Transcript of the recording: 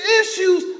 issues